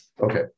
Okay